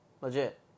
Legit